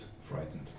frightened